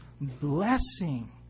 blessing